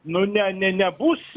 nu ne ne nebus